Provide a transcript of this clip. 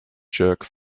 jerk